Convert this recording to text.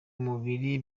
mubiri